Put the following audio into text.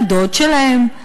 לדוד שלהם,